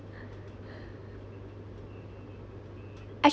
act~